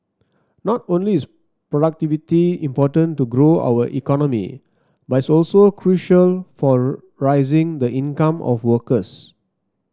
not only is productivity important to grow our economy but it's also crucial for rising the income of workers